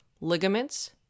ligaments